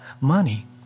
money